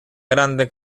grande